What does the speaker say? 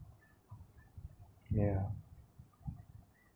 yeah